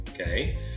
okay